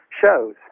shows